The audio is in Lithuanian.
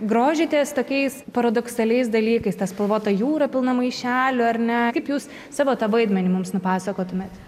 grožitės tokiais paradoksaliais dalykais ta spalvota jūra pilna maišelių ar ne kaip jūs savo tą vaidmenį mums nupasakotumėt